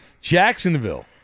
Jacksonville